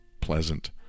pleasant